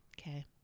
Okay